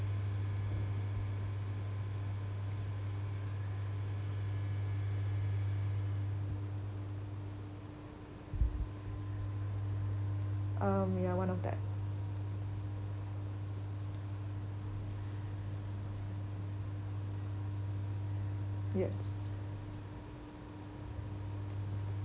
um ya one of that yes